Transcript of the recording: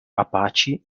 apache